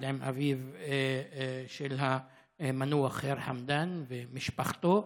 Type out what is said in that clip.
עם אביו של המנוח ח'יר חמדאן ומשפחתו.